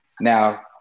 now